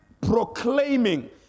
proclaiming